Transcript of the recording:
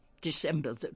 december